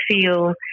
feel